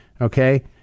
Okay